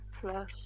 plus